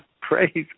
praise